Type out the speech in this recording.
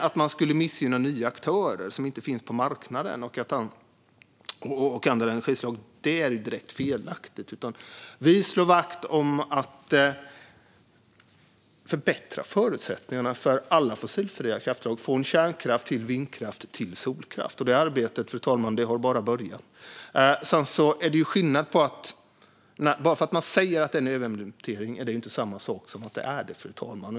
Att man skulle missgynna nya aktörer som inte finns på marknaden och andra energislag är direkt felaktigt. Vi slår vakt om att förutsättningarna ska förbättras för alla fossilfria krafter, från kärnkraft till vindkraft och solkraft, och det arbetet har bara börjat, fru talman. Sedan är det ju skillnad - bara för att man säger att något är en överimplementering är det inte det, fru talman.